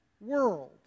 world